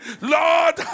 Lord